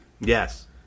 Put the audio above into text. Yes